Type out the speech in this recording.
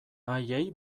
haiei